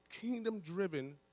kingdom-driven